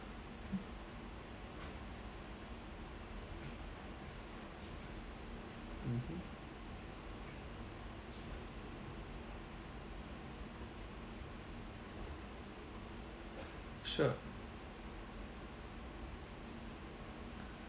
mmhmm sure